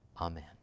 Amen